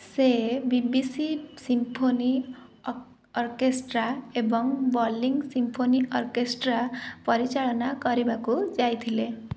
ସେ B B C symphony orchestra ଏବଂ Berlin symphony orchestra ପରିଚାଳନା କରିବାକୁ ଯାଇଥିଲେ